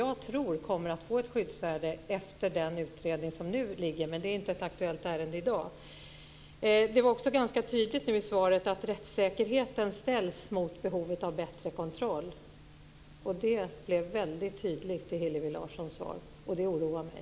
Jag tror att de kommer att få ett skyddsvärde efter den utredning som nu ligger. Men det är inte ett aktuellt ärende i dag. Det var ganska tydligt i svaret att rättssäkerheten ställs mot behovet av bättre kontroll. Det blev väldigt tydligt i Hillevi Larssons svar, och det oroar mig.